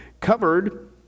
covered